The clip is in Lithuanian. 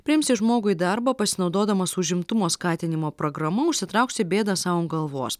priimsi žmogų į darbą pasinaudodamas užimtumo skatinimo pragrama užsitrauksi bėdą sau ant galvos